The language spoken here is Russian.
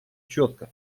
четко